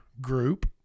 group